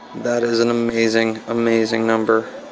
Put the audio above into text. that is an amazing, amazing number.